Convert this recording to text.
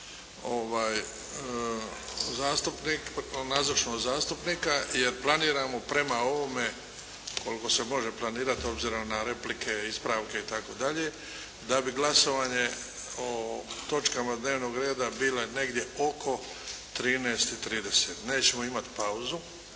osiguraju nazočnost zastupnika jer planiramo prema ovome koliko se može planirati obzirom na replike, ispravke itd. da bi glasovanje o točkama dnevnog reda bile negdje oko 13,30. Nećemo imati pauzu,